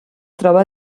troba